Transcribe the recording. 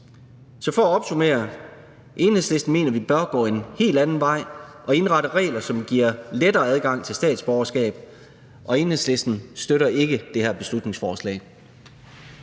Så for at opsummere: Enhedslisten mener, vi bør gå en helt anden vej og indrette regler, som giver lettere adgang til statsborgerskab, og Enhedslisten støtter ikke det her beslutningsforslag.